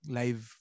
live